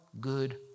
good